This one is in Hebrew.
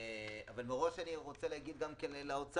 אבל מראש אני רוצה להגיד גם לאוצר,